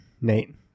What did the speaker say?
Nate